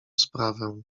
sprawę